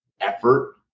effort